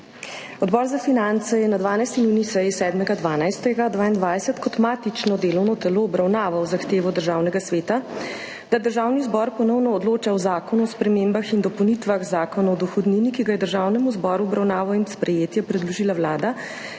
Odbor za finance je na 12. njuni seji, 7. 12. 2022, kot matično delovno telo obravnaval Zahtevo Državnega sveta, da Državni zbor ponovno odloča o Zakonu o spremembah in dopolnitvah Zakona o dohodnini, ki ga je Državnemu zboru v obravnavo in sprejetje predložila Vlada,